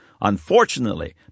Unfortunately